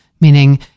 meaning